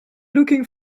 looking